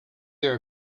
their